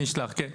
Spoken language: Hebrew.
אני אשלח, כן.